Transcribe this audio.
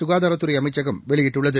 சுகாதாரத்துறை அமைச்சகம் வெளியிட்டுள்ளது